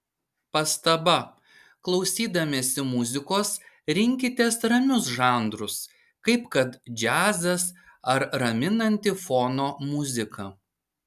pastaba klausydamiesi muzikos rinkitės ramius žanrus kaip kad džiazas ar raminanti fono muzika